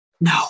No